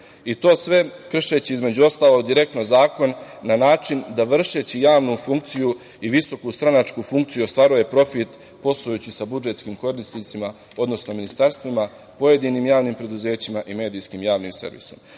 i to sve kršeći, između ostalog, direktno zakon na način da vršeći javnu funkciju i visoku stranačku funkciju ostvaruje profit poslujući sa budžetskim korisnicima, odnosno ministarstvima, pojedinim javnim preduzećima i medijskim javnim servisom.